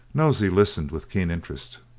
nosey listened with keen interest.